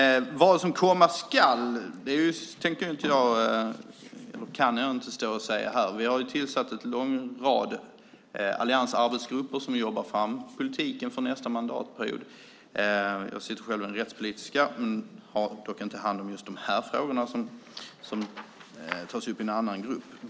Vad som komma skall kan jag inte stå och säga här. Vi har tillsatt en lång rad alliansarbetsgrupper som jobbar fram politiken för nästa mandatperiod. Jag sitter själv i den rättspolitiska men har inte hand om just de här frågorna; de tas upp i en annan grupp.